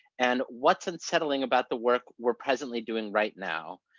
and what's unsettling about the work we're presently doing right now,